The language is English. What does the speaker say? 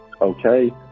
okay